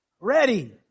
Ready